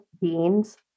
beans